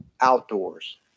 outdoors